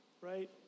right